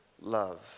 love